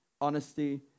honesty